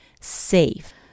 safe